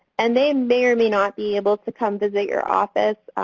and they may or may not be able to come visit your office.